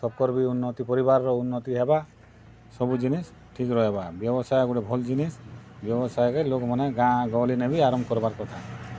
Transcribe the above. ସବକର୍ ବି ଉନ୍ନତି ପରିବାରର୍ ବି ଉନ୍ନତି ହେବା ସବୁ ଜିନିଷ୍ ଠିକ୍ ରହେବା ବ୍ୟବସାୟ ଗୋଟେ ଭଲ୍ ଜିନିଷ୍ ବ୍ୟବସାୟ କେ ଲୋକ୍ ମାନେ ଗାଁ ଗହଲି ନେ ବି ଆରମ୍ଭ କରବାର୍ କଥା